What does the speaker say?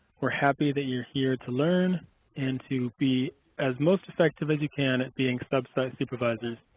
we're happy that you're here to learn and to be as most effective as you can at being sub-site supervisors.